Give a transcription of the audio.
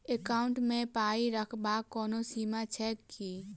Account मे पाई रखबाक कोनो सीमा छैक की?